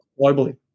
globally